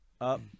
Up